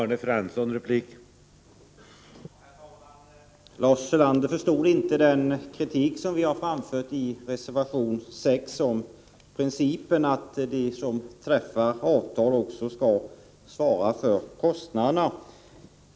Herr talman! Lars Ulander förstod inte den kritik som vii reservation 6 har framfört när det gäller principen att de som träffar avtal också skall svara för kostnaderna.